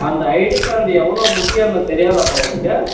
அந்த ID card எவ்வளோ முக்கியன்னு தெரியாதப்பா உனக்கு